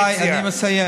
רבותיי, אני מסיים.